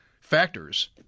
factors